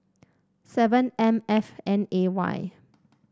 seven M F N A Y